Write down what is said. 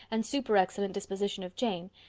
and super-excellent disposition of jane,